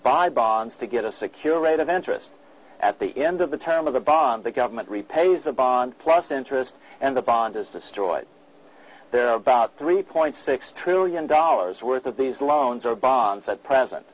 buy bonds to get a secure rate of interest at the end of the term of the bond the government repays the bond plus interest and the bond is destroyed there are about three point six trillion dollars worth of these loans or bonds that present